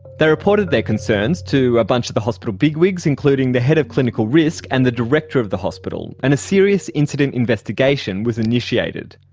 they reported their concerns to a bunch of the hospital bigwigs, including the head of clinical risk and the director of the hospital, and a serious incident investigation was initiated.